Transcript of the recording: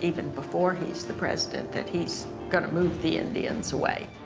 even before he's the president that he's gonna move the indians away.